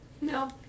No